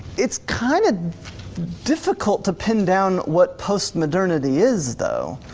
it's kind of difficult to pin down what post-modernity is though.